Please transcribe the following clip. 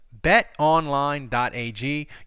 BetOnline.ag